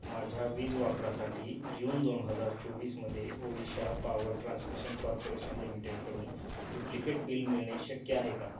माझ्या वीज वापरासाठी जून दोन हजार चोवीसमध्ये ओडिशा पावर ट्रान्समिशन कॉर्पोरेशन लिमिटेडकडून डुप्लिकेट बिल मिळणे शक्य आहे का